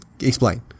explain